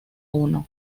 uno